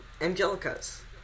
Angelica's